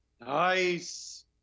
Nice